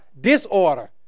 Disorder